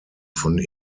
von